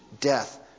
death